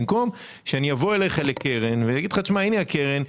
זה במקום שאני אבוא אליך, לקרן ואגיד לך הנה הקרן,